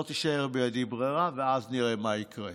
לא תישאר בידי ברירה ואז נראה מה יקרה.